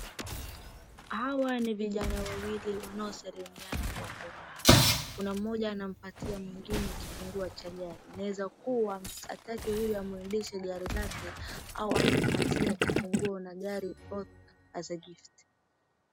Hawa ni vijana wawili wanaosalimiana kwa furaha, kuna mmoja anampatia mwingine kifunguo cha gari, inaweza kuwa hataki huyu amuendeshe gari lake ama anampatia kifunguo na gari yote as a gift .